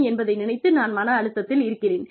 என்பதை நினைத்து நான் மன அழுத்தத்தில் இருக்கிறேன்